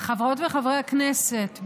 חברות וחברי הכנסת,